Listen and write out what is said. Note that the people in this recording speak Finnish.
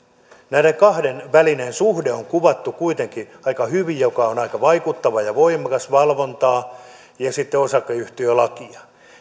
näiden kahden välinen suhde on kuvattu kuitenkin aika hyvin joka on aika vaikuttava ja voimakas valvontaa ja sitten osakeyhtiölakia